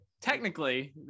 technically